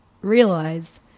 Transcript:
realize